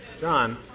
John